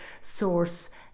source